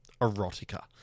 erotica